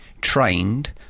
trained